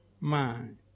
mind